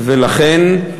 ולכן,